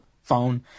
phone